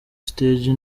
stage